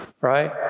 Right